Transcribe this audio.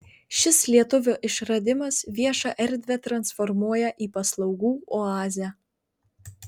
šis lietuvio išradimas viešą erdvę transformuoja į paslaugų oazę